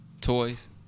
toys